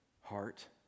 heart